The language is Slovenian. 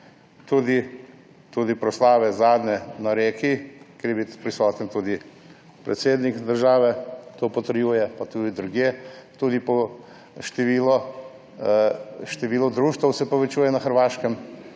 zadnje proslave na Reki, kjer je bil prisoten tudi predsednik države, to potrjujejo, pa tudi drugje. Tudi število društev se povečuje na Hrvaškem.